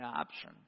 option